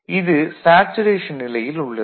இது சேச்சுரேஷன் நிலையில் உள்ளது